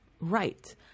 Right